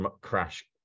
crash